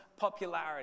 popularity